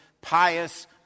pious